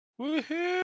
Woohoo